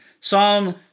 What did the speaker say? Psalm